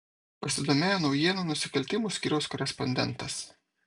pasidomėjo naujienų nusikaltimų skyriaus korespondentas